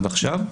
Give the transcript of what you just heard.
עד עכשיו.